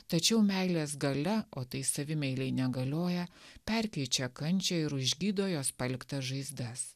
tačiau meilės galia o tai savimeilei negalioja perkeičia kančią ir užgydo jos paliktas žaizdas